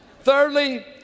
thirdly